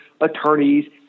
attorneys